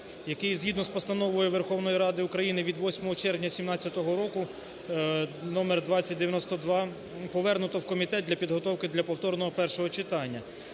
який згідно з Постановою Верховної Ради України від 8 червня 17-го року № 2092 повернуто в комітет для підготовки для повторного першого читання.